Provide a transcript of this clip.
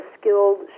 skilled